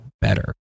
better